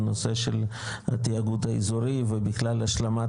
בנושא של התיאגוד האזורי ובכלל השלמת